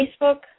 Facebook